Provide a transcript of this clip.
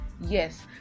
yes